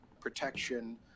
Protection